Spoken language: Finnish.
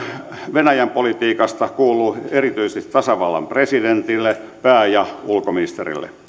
venäjän politiikasta kuuluu erityisesti tasavallan presidentille sekä pää ja ulkoministerille